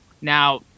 Now